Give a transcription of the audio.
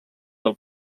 del